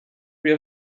wir